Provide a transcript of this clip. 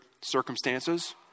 circumstances